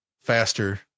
faster